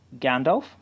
Gandalf